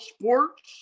sports